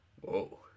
Whoa